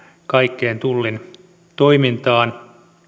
kaikkeen tullin toimintaan